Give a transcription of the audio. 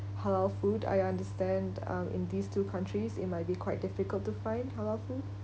halal food I understand um in these two countries it might be quite difficult to find halal food